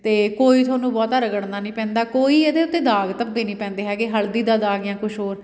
ਅਤੇ ਕੋਈ ਤੁਹਾਨੂੰ ਬਹੁਤਾ ਰਗੜਨਾ ਨਹੀਂ ਪੈਂਦਾ ਕੋਈ ਇਹਦੇ ਉੱਤੇ ਦਾਗ਼ ਧੱਬੇ ਨਹੀਂ ਪੈਂਦੇ ਹੈਗੇ ਹਲਦੀ ਦਾ ਦਾਗ਼ ਜਾਂ ਕੁਛ ਹੋਰ